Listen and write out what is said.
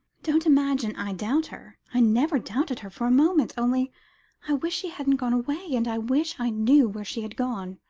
don't imagine i doubt her. i never doubted her for a moment. only i wish she hadn't gone away and i wish i knew where she had gone.